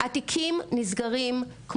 התיקים נסגרים,